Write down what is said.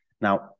Now